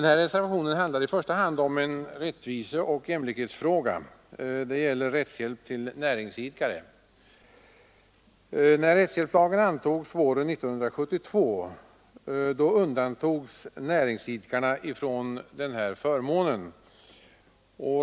Reservationen handlar i första hand om en rättviseoch jämlikhetsfråga. Den gäller rättshjälp till näringsidkare. När rättshjälpslagen antogs våren 1972 undantogs näringsidkare från denna förmån.